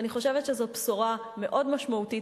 ואני חושבת שזאת בשורה מאוד משמעותית